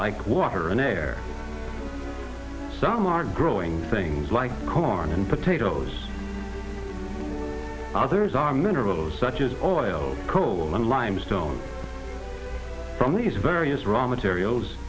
like water and air some are growing things like corn and potatoes others are minerals such as oil coal and limestone from these various raw materials